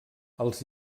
els